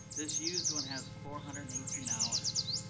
this used one has four hundred and eighteen hours.